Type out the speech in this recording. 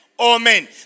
Amen